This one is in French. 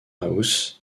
house